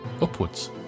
upwards